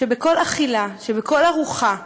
שבכל אכילה, שבכל ארוחה,